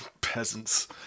Peasants